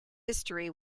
history